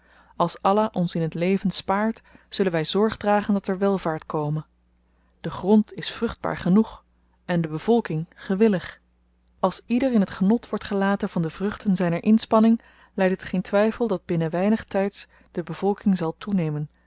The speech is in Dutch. als allah ons in t leven spaart zullen wy zorg dragen dat er welvaart kome de grond is vruchtbaar genoeg en de bevolking gewillig als ieder in t genot wordt gelaten van de vruchten zyner inspanning lydt het geen twyfel dat binnen weinig tyds de bevolking zal toenemen